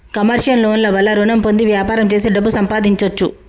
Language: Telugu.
కమర్షియల్ లోన్ ల వల్ల రుణం పొంది వ్యాపారం చేసి డబ్బు సంపాదించొచ్చు